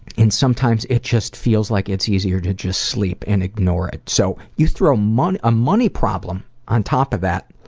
and sometimes it just feels like it's easier to just sleep and ignore it. so you throw a ah money problem on top of that.